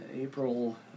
April